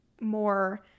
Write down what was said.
more